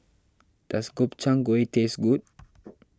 does Gobchang Gui taste good